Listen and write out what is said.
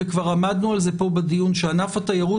וכבר עמדנו על זה פה בדיון שענף התיירות